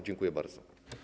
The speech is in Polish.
Dziękuję bardzo.